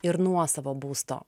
ir nuosavo būsto